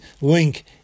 link